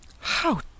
How